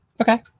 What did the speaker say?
Okay